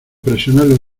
presionarle